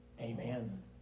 Amen